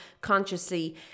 consciously